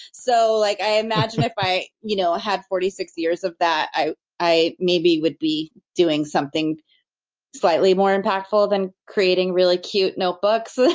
so like i imagine if i you know had forty six years of that, i i maybe would be doing something slightly more impactful than creating really cute notebooks and